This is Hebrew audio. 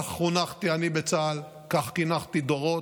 כך חונכתי אני בצה"ל, כך חינכתי דורות.